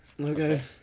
Okay